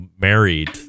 married